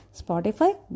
spotify